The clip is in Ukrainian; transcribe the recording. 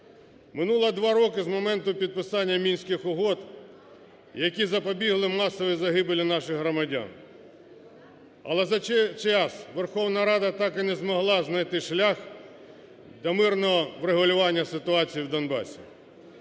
Минуло 2 роки з моменту підписання Мінських угод, які запобігли масовій загибелі наших громадян. Але за час Верховна Рада так і не змогла знайти шлях до мирного врегулювання ситуації в Донбасі.